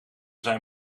zijn